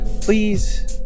please